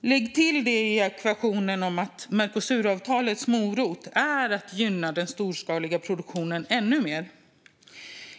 Lägg till i den ekvationen att Mercosuravtalets morot är att gynna den storskaliga produktionen ännu mer.